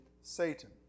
Satan